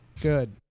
Good